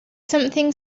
something